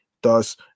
Thus